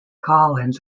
collins